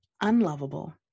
unlovable